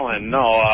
no